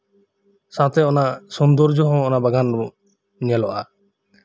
ᱥᱟᱶᱛᱮ ᱥᱳᱱᱫᱳᱨᱡᱚ ᱦᱚᱸ ᱚᱱᱟ ᱵᱟᱜᱟᱱ ᱧᱮᱞᱚᱜᱼᱟ